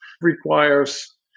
requires